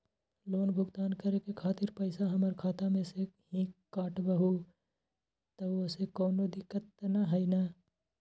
Loan भुगतान करे के खातिर पैसा हमर खाता में से ही काटबहु त ओसे कौनो दिक्कत त न होई न?